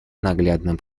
наглядным